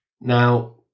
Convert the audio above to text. Now